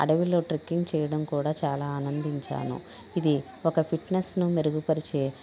అడవిలో ట్రెక్కింగ్ చేయడం కూడా చాలా ఆనందించాను ఇది ఒక ఫిట్నెస్ ను మెరుగుపరిచే